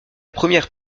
première